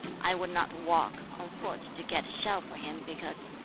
i would not walk on foot to get a shell for him, because,